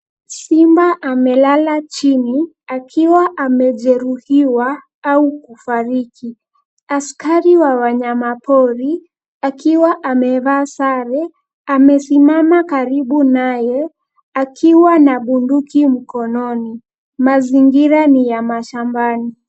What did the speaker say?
Simba amelala chini akiwa amejeruhiwa au kufariki. Askari wa wanyamapori akiwa amevaa sare amesimama karibu naye akiwa na bunduki mkononi, mazingira ni ya mashambani.